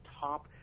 top